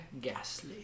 Gasly